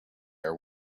are